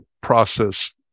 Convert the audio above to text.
process